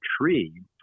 tree